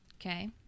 Okay